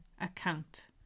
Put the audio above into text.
account